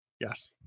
yes